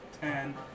ten